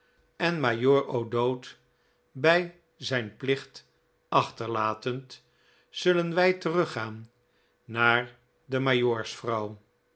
en majoor o'dowd bij zijn plicht achterlatend zullen wij teruggaan naar de